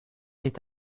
est